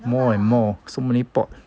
more and more so many pot